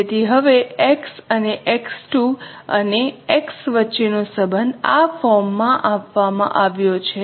તેથી હવે x અને x2 અને x વચ્ચેનો સંબંધ આ ફોર્મમાં આપવામાં આવ્યો છે